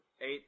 eight